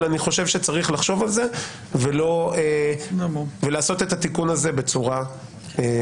אבל אני חושב שצריך לחשוב על זה ולעשות את התיקון הזה בצורה מושכלת.